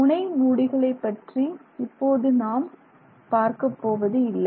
முனை மூடிகளைப்பற்றி இப்போது நாம் பார்க்கப்போவது இல்லை